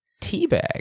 Teabag